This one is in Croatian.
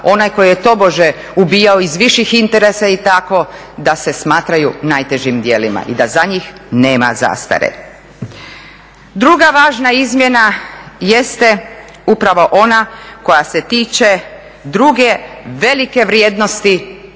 onaj koji je tobože ubijao iz viših interesa i tako da se smatraju najtežim djelima i da za njih nema zastare. Druga važna izmjena jeste upravo ona koja se tiče druge velike vrijednosti